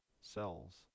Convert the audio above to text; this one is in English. cells